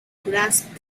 grasp